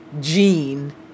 gene